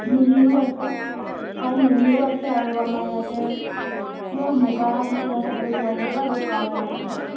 নুনিৰো আছে হয় নুনিৰো আছে আৰু আমাৰ ইয়াতে পিয়ৰ মুগা মেখেলা চাদৰো পোৱা যাব আৰু উকাও পোৱা যাব